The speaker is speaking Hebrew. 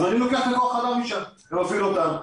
אני מפעיל אותם,